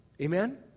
Amen